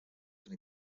can